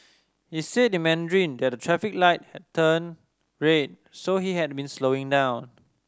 he said in Mandarin that the traffic light had turned red so he had been slowing down